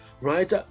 Right